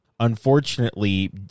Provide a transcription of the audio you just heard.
Unfortunately